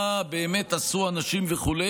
מה עשו אנשים וכו'.